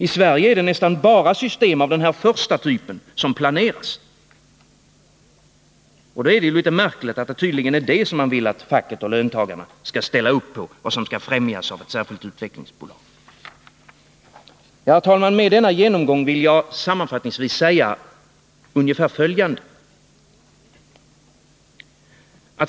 I Sverige är det nästan bara system av den första typen som planeras. Då är det litet märkligt att det tydligen är det som man vill att facket och löntagarna skall ställa upp på och som skall främjas av ett särskilt utvecklingsbolag. Efter denna genomgång vill jag sammanfattningsvis säga följande.